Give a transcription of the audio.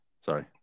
Sorry